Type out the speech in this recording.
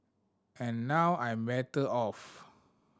and now I'm better off